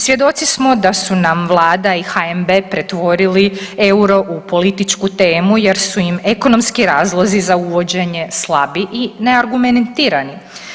Svjedoci smo da su nam Vlada i HNB otvorili euro u političku temu jer su im ekonomski razlozi za uvođenje slabi i neargumentirani.